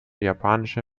japanische